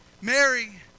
Mary